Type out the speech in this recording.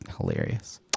hilarious